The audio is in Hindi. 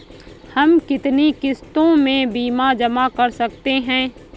हम कितनी किश्तों में बीमा जमा कर सकते हैं?